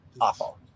awful